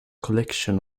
collection